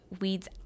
weeds